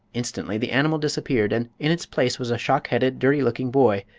instantly the animal disappeared, and in its place was a shock-headed, dirty looking boy,